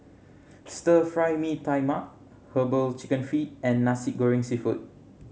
Stir Fry Mee Tai Mak Herbal Chicken Feet and Nasi Goreng Seafood